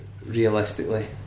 realistically